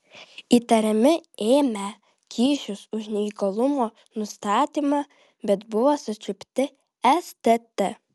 įtariami ėmę kyšius už neįgalumo nustatymą bet buvo sučiupti stt